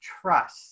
trust